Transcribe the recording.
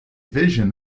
vision